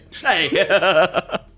Hey